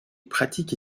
pratique